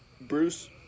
Bruce